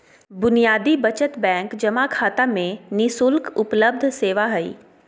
बुनियादी बचत बैंक जमा खाता में नि शुल्क उपलब्ध सेवा हइ